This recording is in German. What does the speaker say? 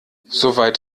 soweit